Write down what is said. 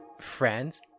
Friends